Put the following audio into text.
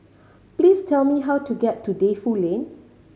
please tell me how to get to Defu Lane